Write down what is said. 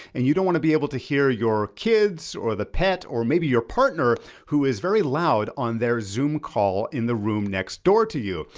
and you don't wanna be able to hear your kids, or the pet, or maybe your partner who is very loud on their zoom call in the room next door to you.